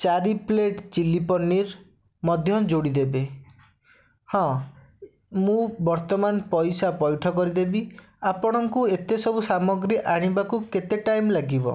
ଚାରି plate chilli paneer ମଧ୍ୟ ଯୋଡ଼ିଦେବେ ହଁ ମୁଁ ବର୍ତ୍ତମାନ ପଇସା ପଇଠ କରିଦେବି ଆପଣଙ୍କୁ ଏତେ ସବୁ ସାମଗ୍ରୀ ଆଣିବାକୁ କେତେ ଟାଇମ୍ ଲାଗିବ